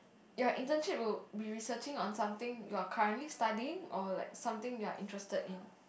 your internship will be researching on something you're currently studying or like something you're interested in